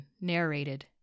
narrated